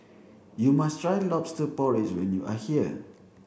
you must try lobster porridge when you are here